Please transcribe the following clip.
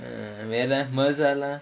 வேற:vera mirza எல்லாம்:ellaam